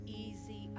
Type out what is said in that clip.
easy